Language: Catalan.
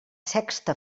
sexta